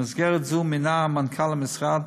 במסגרת זו מינה מנכ"ל המשרד